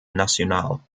nacional